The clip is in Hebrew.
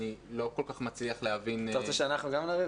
אני לא כל כך מצליח להבין --- אתה רוצה שאנחנו גם נריב,